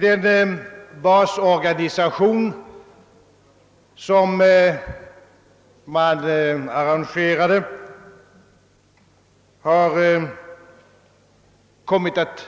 Den basorganisation som upprättades har